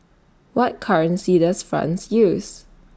What currency Does France use